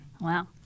Wow